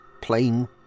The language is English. plain